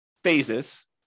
phases